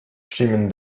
stimmen